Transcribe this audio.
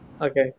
Okay